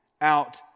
out